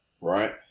Right